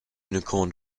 unicorn